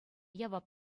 явап